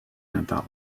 natal